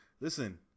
Listen